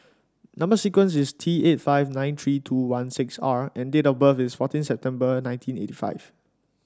number sequence is T eight five nine three two one six R and date of birth is fourteen September nineteen eighty five